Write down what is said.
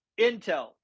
Intel